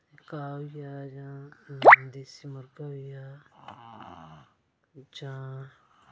घाह होई गेआ जां देसी मुर्गा होई गेआ जां